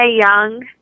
Young